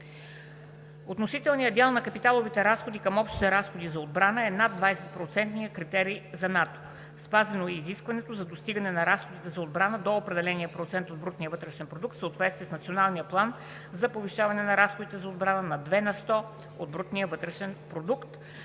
Относителният дял на капиталовите разходи към общите разходи за отбрана е над 20 процентния критерий на НАТО. Спазено е изискването за достигане на разходите за отбрана до определения процент от брутния вътрешен продукт в съответствие с Националния план за повишаване на разходите за отбрана на 2 на сто от брутния вътрешен продукт,